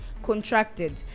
Contracted